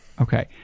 Okay